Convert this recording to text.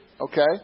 okay